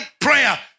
prayer